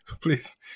please